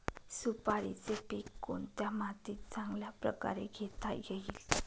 सुपारीचे पीक कोणत्या मातीत चांगल्या प्रकारे घेता येईल?